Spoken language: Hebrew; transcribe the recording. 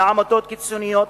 לעמותות קיצוניות,